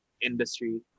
industry